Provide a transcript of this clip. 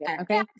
okay